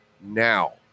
now